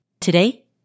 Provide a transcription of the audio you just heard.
Today